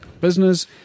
business